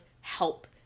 help